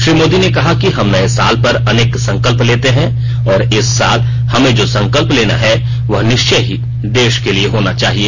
श्री मोदी ने कहा कि हम नए साल पर अनेक संकल्प लेते हैं और इस साल हमें जो संकल्प लेना है वह निश्चय ही देश के लिए होना चाहिए